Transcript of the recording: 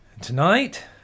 Tonight